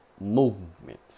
movement